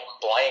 blame